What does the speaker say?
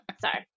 Sorry